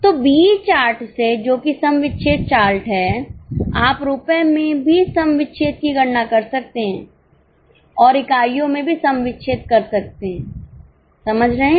तो BE chart से जो कि सम विच्छेद चार्ट है आप रुपये में भी सम विच्छेद की गणना कर सकते हैं और इकाइयों में भी सम विच्छेद कर सकते हैं समझ रहे हैं